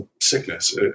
sickness